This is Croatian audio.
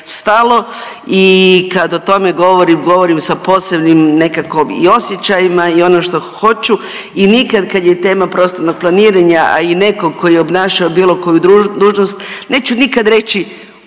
i kad o tome govorim govorim sa posebnim nekako i osjećajima i ono što hoću i nikad kad je tema prostornog planiranja, a i nekog koji je obnašao bilo koju dužnost neću nikad reći